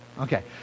Okay